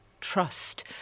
trust